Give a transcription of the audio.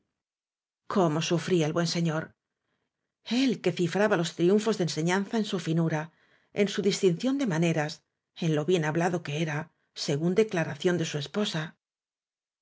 cómo sufría el buen señor el que cifraba los triunfos de enseñanza en su finurctp en su distinción de maneras en lo bien hablado que era según declaración de su esposa